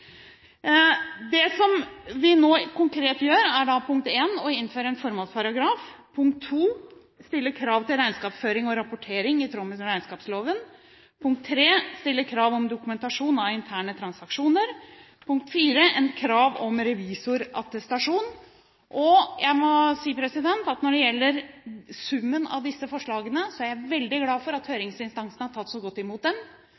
Det som vi nå konkret gjør, er: å innføre en formålsparagraf å stille krav til regnskapsføring og rapportering i tråd med regnskapsloven å stille krav om dokumentasjon av interne transaksjoner å ha krav om revisorattestasjon. Når det gjelder summen av disse forslagene, er jeg veldig glad for at